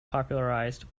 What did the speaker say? popularized